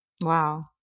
Wow